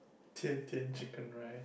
Tian-Tian chicken rice